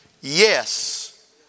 yes